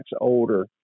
older